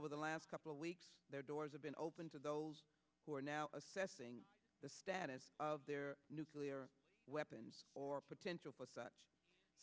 over the last couple of weeks their doors have been open to those who are now assessing the status of their nuclear weapons or potential such